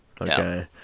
Okay